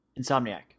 Insomniac